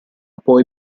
poi